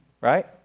right